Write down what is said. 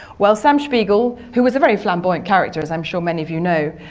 well, sam spiegel, who was a very flamboyant character as i'm sure many of you know,